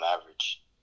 average